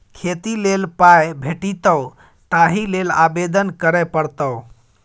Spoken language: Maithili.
खेती लेल पाय भेटितौ ताहि लेल आवेदन करय पड़तौ